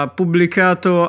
pubblicato